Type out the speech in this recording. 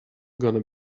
gonna